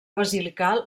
basilical